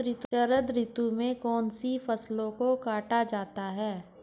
शरद ऋतु में कौन सी फसलों को काटा जाता है?